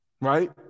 right